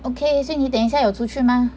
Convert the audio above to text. okay 所以你等一下有出去吗